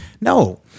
no